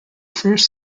first